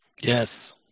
Yes